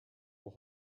will